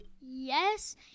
yes